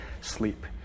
sleep